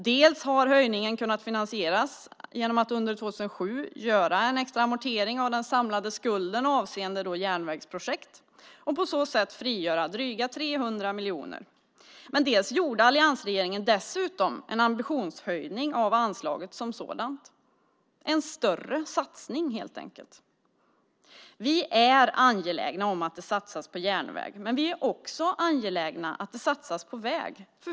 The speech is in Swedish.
Dels har höjningen kunnat finansieras genom att under 2007 göra en extra amortering av den samlade skulden avseende järnvägsprojekt och på så sätt frigöra drygt 300 miljoner, dels gjorde alliansregeringen dessutom en ambitionshöjning av anslaget som sådant - en större satsning helt enkelt. Vi är angelägna om att det satsas på järnväg, men vi är också angelägna om att det satsas på väg.